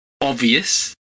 obvious